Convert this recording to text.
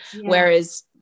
whereas